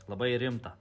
labai rimta